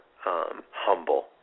humble